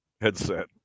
headset